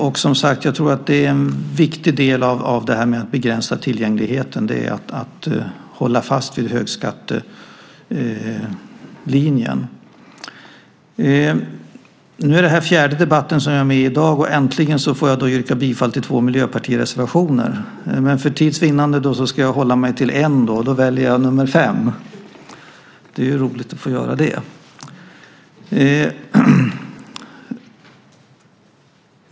Jag tror, som sagt, att en viktig del av att begränsa tillgängligheten är att hålla fast vid högskattelinjen. Det här är fjärde debatten som jag i dag deltar i, och äntligen får jag möjlighet att yrka bifall till två miljöpartireservationer. För tids vinnande ska jag dock hålla mig till endast en. Då väljer jag nr 5. Det är roligt att få göra det.